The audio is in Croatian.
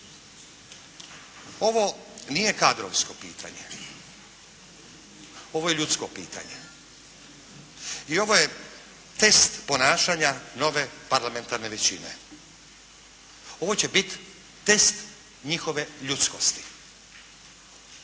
Ovo nije kadrovsko pitanje. Ovo je ljudsko pitanje. I ovo je test ponašanja nove parlamentarne većine. Ovo će bit test njihove ljudskosti.